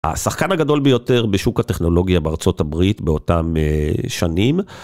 השחקן הגדול ביותר בשוק הטכנולוגיה בארה״ב באותם שנים.